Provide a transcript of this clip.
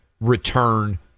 return